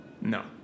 No